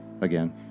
again